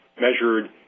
measured